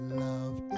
love